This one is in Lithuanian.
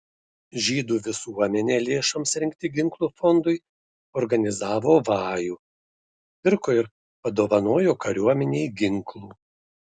žydų visuomenė lėšoms rinkti ginklų fondui organizavo vajų pirko ir padovanojo kariuomenei ginklų